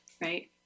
right